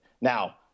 now